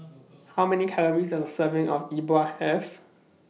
How Many Calories Does A Serving of Yi Bua Have